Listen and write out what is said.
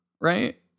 right